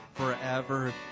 forever